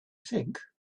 think